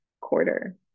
quarter